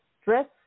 stress